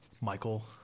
Michael